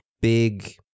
big